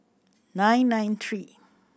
nine nine three